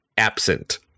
Absent